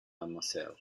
mademoiselle